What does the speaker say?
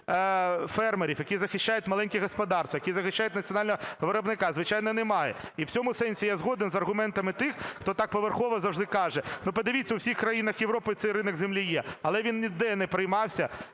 фермерів, які захищають маленькі господарства, які захищають національного виробника, звичайно, немає. І в цьому сенсі я згоден з аргументами тих, хто так поверхово завжди каже. Ну, подивіться, в усіх країнах Європи цей ринок землі є, але він ніде не приймався